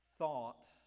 thoughts